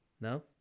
No